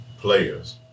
players